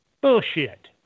Bullshit